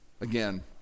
Again